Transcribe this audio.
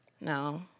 No